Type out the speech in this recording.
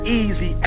easy